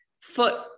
foot